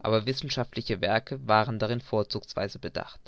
aber wissenschaftliche werke waren darin vorzugsweise bedacht